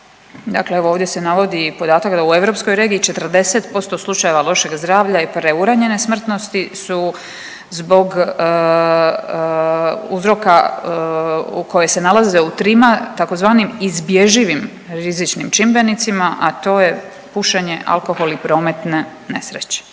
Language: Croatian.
Dakle, evo ovdje se navodi i podatak da u europskoj regiji 40% slučajeva lošeg zdravlja i preuranjene smrtnosti su zbog uzroka u koje se nalaze u trima tzv. izbježivim rizičnim čimbenicima, a to je pušenje, alkohol i prometne nesreće